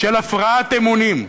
של הפרעת אמונים.